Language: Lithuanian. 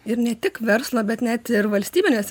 ir ne tik verslą bet net ir valstybinės